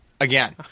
again